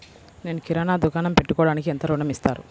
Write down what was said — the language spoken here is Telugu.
నేను కిరాణా దుకాణం పెట్టుకోడానికి ఎంత ఋణం ఇస్తారు?